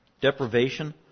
deprivation